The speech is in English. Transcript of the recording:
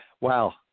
Wow